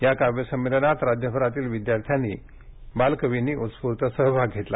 या काव्य संमेलनात राज्यभरातील विद्यार्थ्यांनी बालकवींनी उत्स्फूर्त सहभाग घेतला